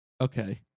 Okay